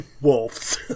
wolves